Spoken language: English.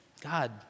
God